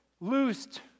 loosed